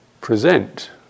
present